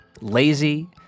lazy